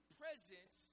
present